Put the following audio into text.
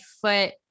foot